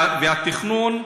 והתכנון,